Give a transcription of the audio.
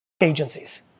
agencies